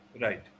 right